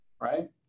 right